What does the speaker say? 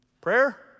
Prayer